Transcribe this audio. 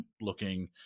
looking